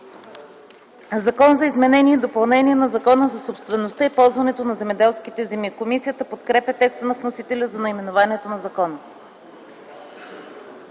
„Закон за изменение и допълнение на Закона за собствеността и ползването на земеделските земи”. Комисията подкрепя текста на вносителя за наименованието на закона.